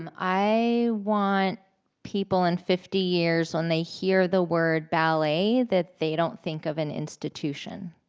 um i want people in fifty years when they hear the word ballet that they don't think of an institution.